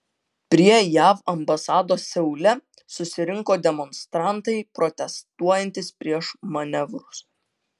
prie jav ambasados seule susirinko demonstrantai protestuojantys prieš manevrus